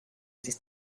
this